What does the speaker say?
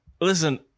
Listen